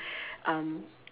um